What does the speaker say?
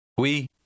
Oui